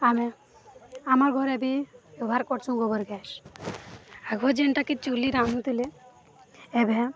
ଆମେ ଆମର୍ ଘରେ ବି ବ୍ୟବହାର କରସୁଁ ଗୋବର ଗ୍ୟାସ୍ ଆଗ ଯେନ୍ଟାକେ ଚୁଲି ରାନ୍ଧୁଥିଲେ ଏଭେ